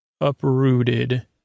uprooted